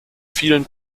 vielen